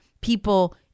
people